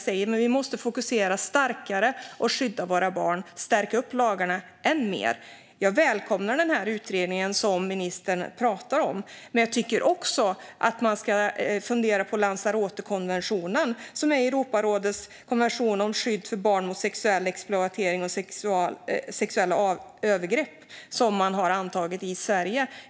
Men vi måste ha ett starkare fokus på att skydda våra barn och på att stärka lagarna än mer. Jag välkomnar utredningen som ministern pratar om. Men jag tycker att man också ska fundera på Lanzarotekonventionen, Europarådets konvention om skydd för barn mot sexuell exploatering och sexuella övergrepp, som Sverige har undertecknat.